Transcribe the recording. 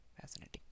fascinating